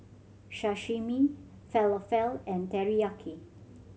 Sashimi Falafel and Teriyaki